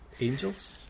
Angel's